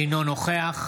אינו נוכח